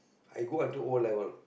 I go until O-level